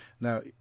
now